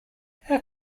how